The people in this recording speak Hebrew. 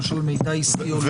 למשל מידע עסקי או לא.